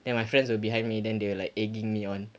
then my friends were behind me then they were like egging me on